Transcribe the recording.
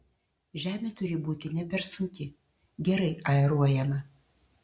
žemė turi būti ne per sunki gerai aeruojama